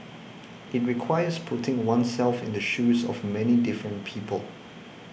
it requires putting oneself in the shoes of many different people